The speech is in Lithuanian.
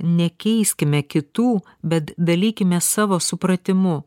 nekeiskime kitų bet dalykimės savo supratimu